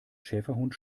schäferhund